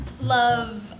love